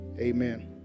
Amen